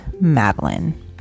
Madeline